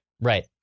Right